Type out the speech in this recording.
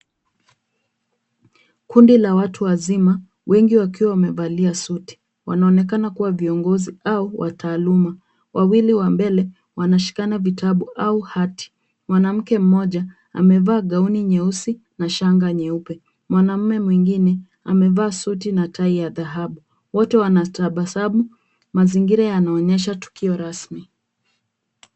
Kundi la watu wazima wengi wakiwa wamevalia suti. Wanaonekana kuwa viongozi au wataaluma. Wawili wa mbele wanashikana vitabu au hati. Mwanamke mmoja amevaa gauni nyeusi na shanga nyeupe. Mwanaume mwingine amevaa suti na tai ya dhahabu. Wote wanatasamu. Mazingira yanaonyesha tukio rasmi.